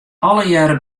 allegearre